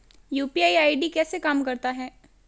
UPI ID कैसे काम करता है?